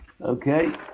Okay